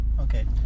Okay